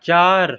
چار